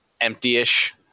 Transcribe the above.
empty-ish